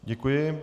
Děkuji.